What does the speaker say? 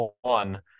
One